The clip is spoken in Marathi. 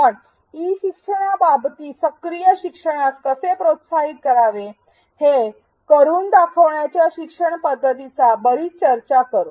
आपण ई शिक्षणाबाबतीत सक्रिय शिक्षणास कसे प्रोत्साहित करावे हे 'करून दाखवण्याच्या' शिक्षण पद्धतीवरून बरीच चर्चा करू